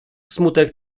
smutek